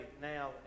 now